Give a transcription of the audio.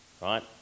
right